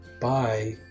bye